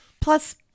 Plus